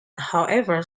however